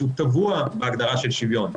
שטבוע בהגדרה של שוויון.